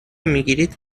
میگیرید